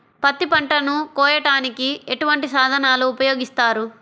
పత్తి పంటను కోయటానికి ఎటువంటి సాధనలు ఉపయోగిస్తారు?